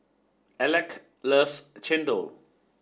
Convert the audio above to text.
Aleck loves Chendol